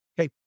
Okay